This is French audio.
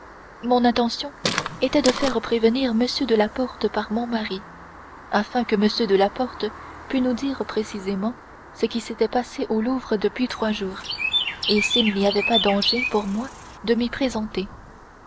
mon intention était de faire prévenir m de la porte par mon mari afin que m de la porte pût nous dire précisément ce qui s'était passé au louvre depuis trois jours et s'il n'y avait pas danger pour moi de